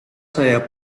saya